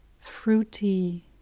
Fruity